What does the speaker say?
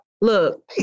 look